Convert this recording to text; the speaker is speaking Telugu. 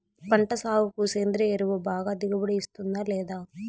పంట సాగుకు సేంద్రియ ఎరువు బాగా దిగుబడి ఇస్తుందా లేదా